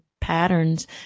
patterns